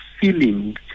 feeling